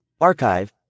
Archive